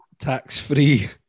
tax-free